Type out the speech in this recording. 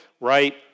right